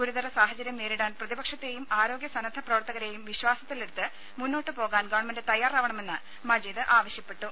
ഗുരുതര സാഹചര്യം നേരിടാൻ പ്രതിപക്ഷത്തെയും ആരോഗ്യ സന്നദ്ധ പ്രവർത്തകരെയും വിശ്വാസത്തിലെടുത്ത് മുന്നോട്ടു പോകാൻ ഗവൺമെന്റ് തയ്യാറാവണമെന്ന് മജീദ് ആവശ്യപ്പെട്ടു